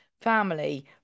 family